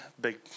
big